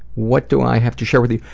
what do i have to share with you?